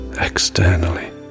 externally